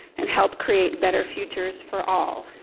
and help create better futures for all.